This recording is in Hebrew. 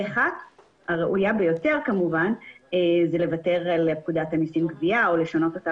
האחת היא לוותר על פקודת המיסים גבייה או לשנות אותה